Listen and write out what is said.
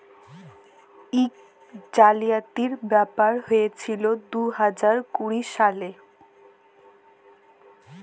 ইক জালিয়াতির ব্যাপার হঁইয়েছিল দু হাজার কুড়ি সালে